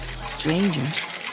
Strangers